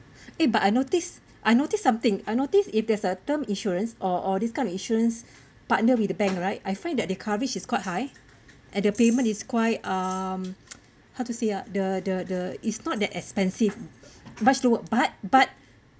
eh but I notice I notice something I noticed if there is a term insurance or or this kind of insurance partner with the bank right I find that the coverage is quite high and the payment is quite um how to say ah the the the is not that expensive much lower but but